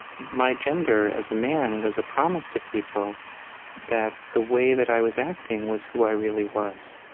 my gender as a man was a promise to people that the way that i was acting was who i really was.